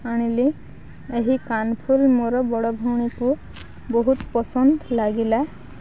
ଆଣିଲି ଏହି କାନ୍ଫୁଲ୍ ମୋର ବଡ଼ ଭଉଣୀକୁ ବହୁତ ପସନ୍ଦ ଲାଗିଲା